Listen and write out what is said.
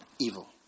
evil